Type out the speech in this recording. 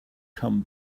come